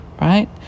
right